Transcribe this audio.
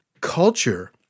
Culture